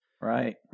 Right